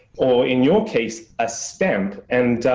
or in your case, a stamp, and